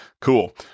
Cool